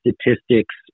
statistics